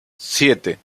siete